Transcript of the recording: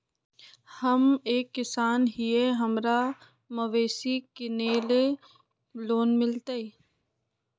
हम एक किसान हिए हमरा मवेसी किनैले लोन मिलतै?